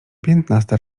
piętnasta